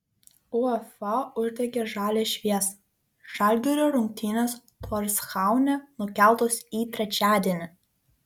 uefa uždegė žalią šviesą žalgirio rungtynės torshaune nukeltos į trečiadienį